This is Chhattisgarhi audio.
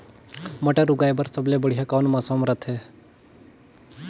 मटर उगाय बर सबले बढ़िया कौन मौसम रथे?